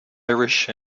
irish